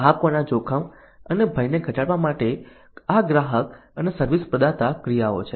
ગ્રાહકોના જોખમ અને ભયને ઘટાડવા માટે આ ગ્રાહક અને સર્વિસ પ્રદાતા ક્રિયાઓ છે